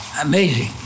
Amazing